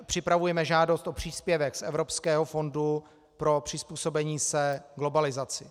Připravujeme žádost o příspěvek z Evropského fondu pro přizpůsobení se globalizaci.